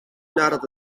nadat